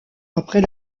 après